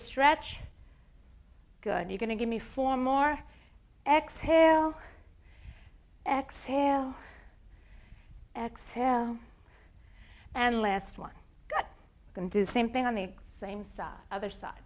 stretch good and you going to give me four more exhale exhale exhale and last one can do the same thing on the same side other side